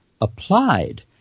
applied